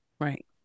Right